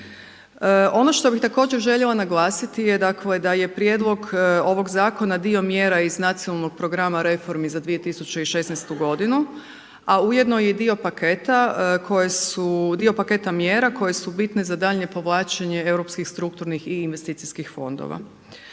Ono što bih također željela naglasiti je dakle da je prijedlog ovog zakona dio mjera iz nacionalnog programa reformi za 2016. godinu a ujedno i dio paketa koje su, dio paketa mjera koje su bitne za daljnje povlačenje europskih strukturnih i investicijskih fondova.